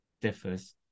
differs